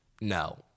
no